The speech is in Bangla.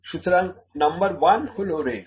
সুতরাং নম্বর 1 হলো রেঞ্জ